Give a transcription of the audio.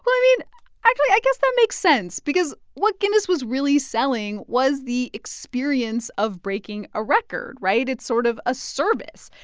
i mean actually, i guess that makes sense because what guinness was really selling was the experience of breaking a record. right? it's sort of a service.